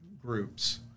groups